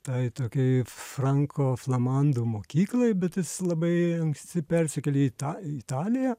tai tokiai franko flamandų mokyklai bet jis labai anksti persikėlė į tą italiją